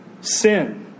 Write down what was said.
Sin